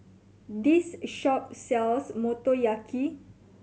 this shop sells Motoyaki